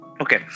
Okay